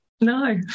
No